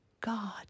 God